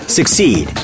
Succeed